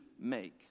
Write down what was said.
make